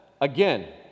again